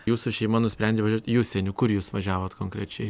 jūsų šeima nusprendė važiuot į užsienį kur jūs važiavot konkrečiai